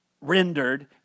rendered